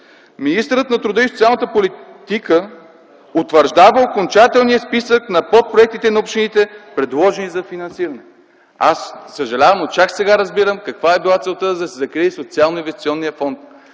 „Министърът на труда и социалната политика утвърждава окончателния списък на подпроектите на общините, предложени за финансиране.” Аз съжалявам, но чак сега разбирам каква е била целта да се закрие Социално-инвестиционният фонд.